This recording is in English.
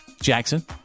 Jackson